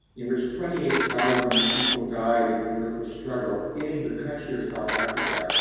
in which twenty eight thousand people died in political struggle in the country of south africa.